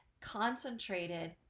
concentrated